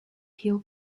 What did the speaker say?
hill